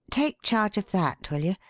take charge of that, will you?